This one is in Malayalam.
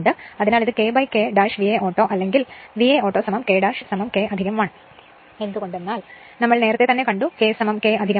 അതിനാൽ ഇത് K K VA ഓട്ടോ അല്ലെങ്കിൽ നമുക്ക് ഇങ്ങനെ എഴുതാം VAഓട്ടോ K K 1 എന്ത് കൊണ്ടെന്നാൽ നമ്മൾ നേരത്തെ തന്നെ കണ്ടു കഴിഞ്ഞു K K1